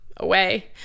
away